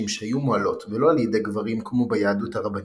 שהיו מוהלות ולא על ידי גברים כמו ביהדות הרבנית,